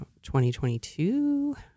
2022